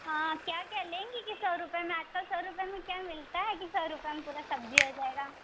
हाँ क्या क्या लेंगी कि सौ रुपये में आजकल सौ रुपये क्या मिलता है कि सौ रुपये में पूरा सब्ज़ी आ जाएगा